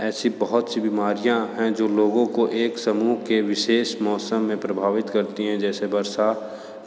ऐसी बहुत सी बीमारियाँ हैं जो लोगों को एक समूह के विशेष मौसम में प्रभावित करती हैं जैसे बरसात